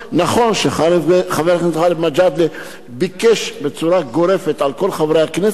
נכון שחבר הכנסת גאלב מג'אדלה ביקש בצורה גורפת על כל חברי הכנסת,